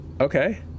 Okay